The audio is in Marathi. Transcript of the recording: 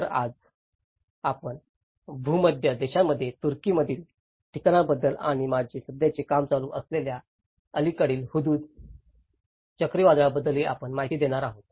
तर आज आपण भूमध्य देशांमधील तुर्कीमधील ठिकाणांबद्दल आणि माझे सध्याचे काम चालू असलेल्या अलीकडील हुदहुद चक्रीवादळाबद्दलही आपण माहिती देणार आहोत